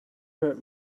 hurt